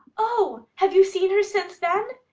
oh, have you seen her since then?